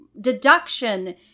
deduction